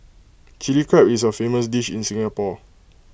Chilli Crab is A famous dish in Singapore